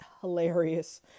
hilarious